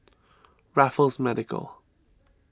Raffles Medical